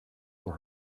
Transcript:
for